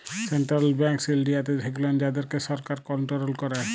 central banks ইনডিয়াতে সেগুলান যাদেরকে সরকার কনটোরোল ক্যারে